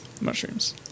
mushrooms